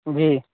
جی